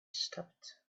stopped